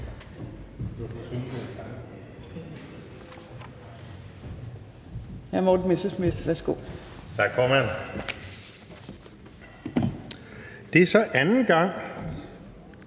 Det er så anden gang